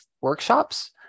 workshops